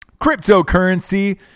Cryptocurrency